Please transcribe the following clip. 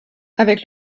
avec